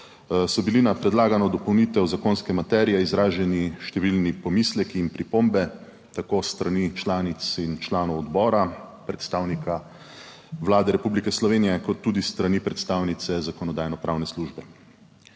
so bili na predlagano dopolnitev zakonske materije izraženi številni pomisleki in pripombe, tako s strani članic in članov odbora, predstavnika Vlade Republike Slovenije kot tudi s strani predstavnice Zakonodajno-pravne službe.